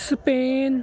Spain